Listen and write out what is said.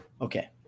Okay